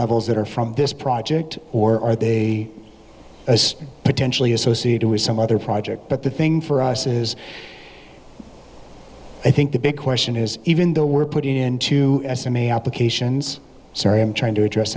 levels that are from this project or are they as potentially associated with some other project but the thing for us is i think the big question is even though we're put into them a applications sorry i'm trying to